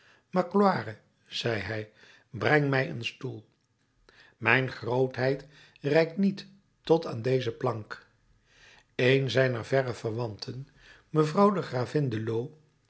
magloire zeide hij breng mij een stoel mijn grootheid reikt niet tot aan deze plank een zijner verre verwanten mevrouw de gravin de